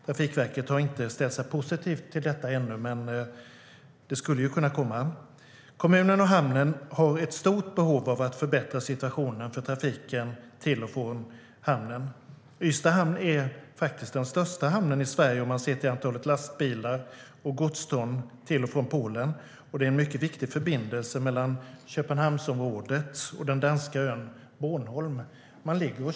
Trafikverket har ännu inte ställt sig positivt till det, men det kan ju komma. Det är också en mycket viktig förbindelse mellan Köpenhamnsområdet och den danska ön Bornholm.